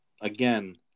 again